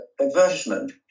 advertisement